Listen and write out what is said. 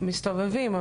מסתובבים,